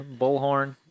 bullhorn